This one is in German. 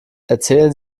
erzählen